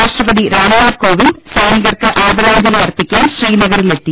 രാഷ്ട്രപതി രാംനാഥ് കോവിന്ദ് സൈനികർക്ക് ആദരാഞ്ജലി അർപ്പിക്കാൻ ശ്രീന ഗറിലെത്തി